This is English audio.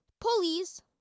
pulleys